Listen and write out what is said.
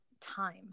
time